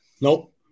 Nope